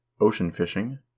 ocean-fishing